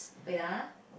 wait ah